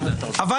אבל,